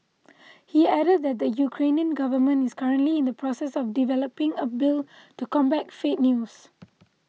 he added that the Ukrainian government is currently in the process of developing a bill to combat fake news